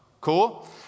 Cool